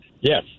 Yes